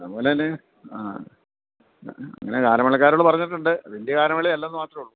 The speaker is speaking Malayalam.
അതുപോലെത്തന്നെ ആ അങ്ങനെ ഗാനമേളക്കാരോട് പറഞ്ഞിട്ടുണ്ട് വലിയ ഗാനമേള അല്ലെന്ന് മാത്രമുള്ളൂ